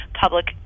public